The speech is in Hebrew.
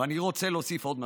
ואני רוצה להוסיף עוד משהו: